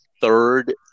third